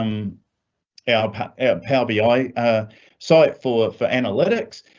um yeah um? how be i saw it for for analytics?